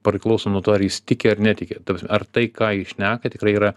priklauso nuo to ar jis tiki ar netiki ta prasme ar tai ką jis šneka tikrai yra